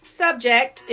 subject